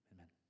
Amen